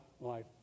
life